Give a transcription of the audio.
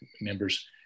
members